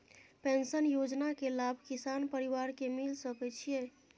Pension योजना के लाभ किसान परिवार के मिल सके छिए?